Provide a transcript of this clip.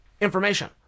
information